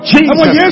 Jesus